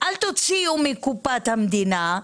אל תוציאו מקופת המדינה,